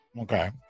Okay